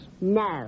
No